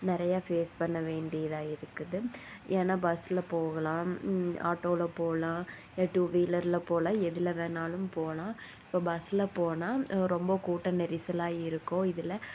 நிறைய ஃபேஸ் பண்ண வேண்டியதாக இருக்குது ஏன்னா பஸ்ஸில் போகலாம் ஆட்டோவில் போகலாம் இல்லை டூவீலரில் போகலாம் எதில் வேணாலும் போகலாம் இப்போ பஸ்ஸில் போனால் ரொம்ப கூட்ட நெரிசலாக இருக்கும் இதில்